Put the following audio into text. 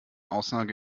aussage